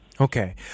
Okay